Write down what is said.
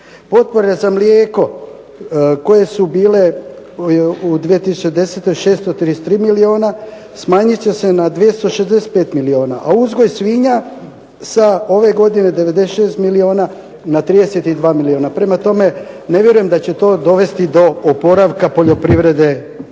Potpore za mlijeko koje su bile u 2010. 633 milijuna smanjit će se na 265 milijuna, a uzgoj svinja sa ove godine 96 milijuna na 32 milijuna. Prema tome, ne vjerujem da će to dovesti do oporavka poljoprivrede